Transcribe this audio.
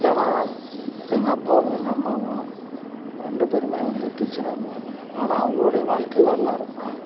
ஏன்னால் எங்கள் அப்பாவும் எங்கள் அம்மாவும் ரெண்டு பேருமே வந்து டீச்சராக இருந்தாங்க ஆனால் அவங்களுடைய வாழ்க்கை வரலாறைத்தான்